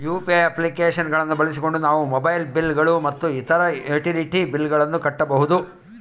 UPI application ಗಳನ್ನ ಬಳಸಿಕೊಂಡು ನಾವು ಮೊಬೈಲ್ ಬಿಲ್ ಗಳು ಮತ್ತು ಇತರ ಯುಟಿಲಿಟಿ ಬಿಲ್ ಗಳನ್ನ ಕಟ್ಟಬಹುದು